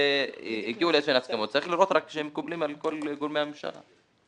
הגיעו לאיזשהן הסכמות וצריך לראות שהן מקובלות על כל גורמי הממשלה.